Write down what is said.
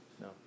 No